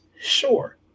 sure